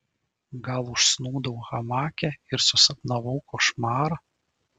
gal užsnūdau hamake ir susapnavau košmarą